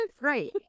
right